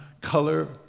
color